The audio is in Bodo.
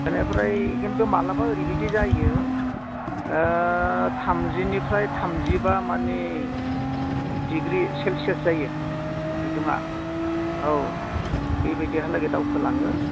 बेनिफ्राय खिन्थु माब्लाबा ओरैबायदि जायो थामजिनिफ्राय थामजिबा माने दिग्रि सेलसियास जायो बिदुंआ औ बेबायदिहालागै दावखोलाङो